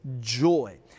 joy